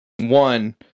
One